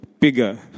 bigger